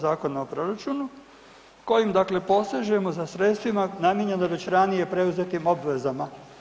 Zakona o proračunu kojim dakle, posežemo za sredstvima namijenjenim već ranije preuzetim obvezama.